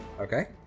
Okay